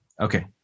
Okay